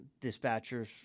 dispatchers